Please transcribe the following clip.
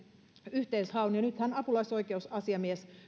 yhteishaun nythän apulaisoikeusasiamies